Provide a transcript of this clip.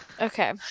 Okay